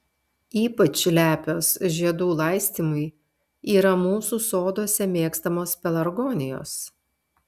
ypač lepios žiedų laistymui yra mūsų soduose mėgstamos pelargonijos